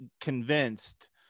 convinced